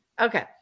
Okay